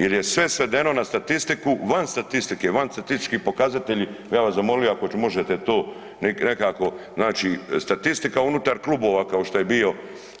Jer je sve svedeno na statistiku van statistike, van statistički pokazatelji, ja bi vas zamolio, ako možete to nekako naći, statistika unutar klubova kao što je bio